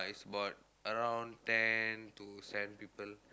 uh is about around ten to seven people